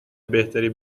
بهتری